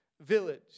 village